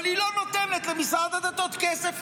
אבל היא לא נותנת למשרד הדתות כסף,